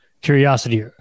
curiosity